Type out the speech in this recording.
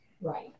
Right